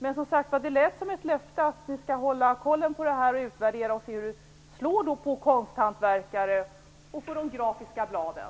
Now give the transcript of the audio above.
Men, som sagt, det lät som ett löfte att ni skall hålla koll på det här, utvärdera det och se hur det slår för konsthantverkare och de grafiska bladen.